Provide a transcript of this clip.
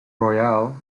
royal